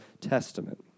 Testament